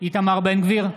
איתמר בן גביר,